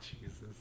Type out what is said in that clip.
Jesus